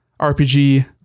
RPG